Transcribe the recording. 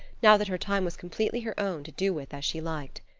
now that her time was completely her own to do with as she liked.